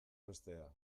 bestea